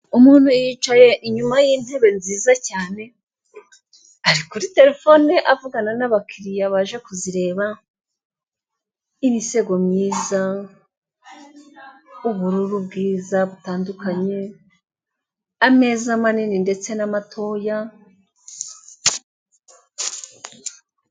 Umuntu yicaye inyuma y'intebe nziza cyane, ari kuri terefone avugana n'abakiriya baje kuzireba. Imisego myiza, ubururu bwiza butandukanye, ameza manini ndetse n' amatoya,...